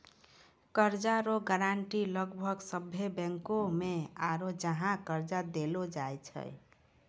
कर्जा रो गारंटी लगभग सभ्भे बैंको मे आरू जहाँ कर्जा देलो जाय छै